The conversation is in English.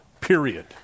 period